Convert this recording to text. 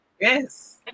Yes